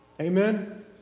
Amen